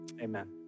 amen